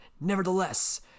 Nevertheless